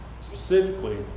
specifically